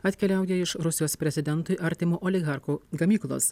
atkeliauja iš rusijos prezidentui artimo oligarcho gamyklos